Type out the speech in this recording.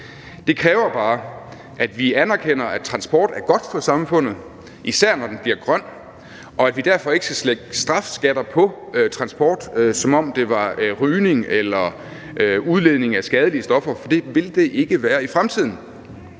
Det kræver bare, at vi anerkender, at transport er godt for samfundet, især når den bliver grøn, og at vi derfor ikke skal lægge strafskatter på transport, som om det var rygning eller udledning af skadelige stoffer, for det vil det ikke være i fremtiden.